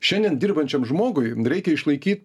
šiandien dirbančiam žmogui reikia išlaiky